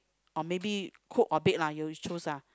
or maybe cook or bake lah you choose lah